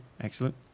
Excellent